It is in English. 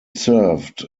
served